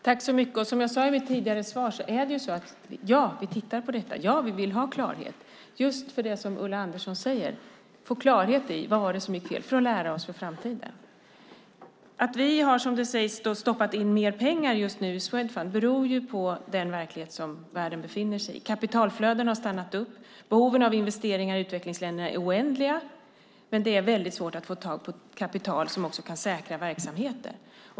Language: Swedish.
Herr talman! Som jag sade i mitt tidigare svar tittar vi på detta. Vi vill ha klarhet. Precis som Ulla Andersson säger vill vi få klarhet i vad det var som gick fel för att lära oss för framtiden. Att vi har, som det sägs, stoppat in mer pengar just nu i Swedfund beror på den verklighet som är i världen. Kapitalflöden har stannat upp. Behoven av investeringar i utvecklingsländerna är oändliga. Men det är väldigt svårt att få tag på kapital som också kan säkra verksamheter.